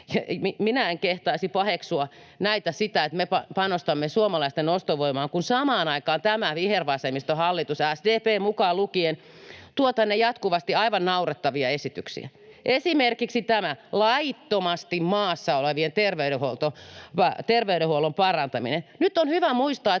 Minä en kehtaisi paheksua näitä, sitä, että me panostamme suomalaisten ostovoimaan, kun samaan aikaan tämä vihervasemmistohallitus, SDP mukaan lukien, tuo tänne jatkuvasti aivan naurettavia esityksiä. [Heli Järvisen välihuuto] Esimerkiksi tämä: laittomasti maassa olevien terveydenhuollon parantaminen. Nyt on hyvä muistaa,